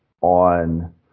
on